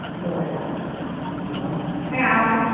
बरें बरें बरें बरें बरें मागीर हांव